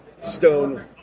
stone